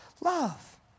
love